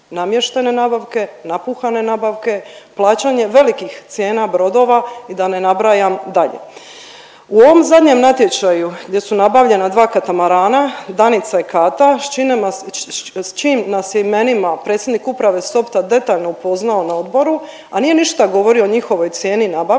namještene nabavke, napuhane nabavke, plaćanje velikih cijena brodova i da ne nabrajam dalje. U ovom zadnjem natječaju gdje su nabavljena dva katamarana Danica i Kata sa čijim nas je imenima predsjednik uprave Softa detaljno upoznao na odboru, a nije ništa govorio o njihovoj cijeni nabavke.